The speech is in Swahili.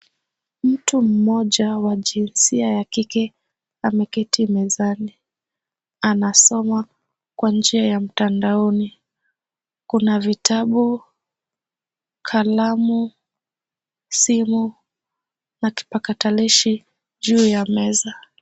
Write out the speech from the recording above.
Mtu mmoja wa jinsia ya kike ameketi mezani, anasoma kwa njia ya mtandaoni. Kuna vitabu, kalamu, simu na kipakatalishi juu ya meza.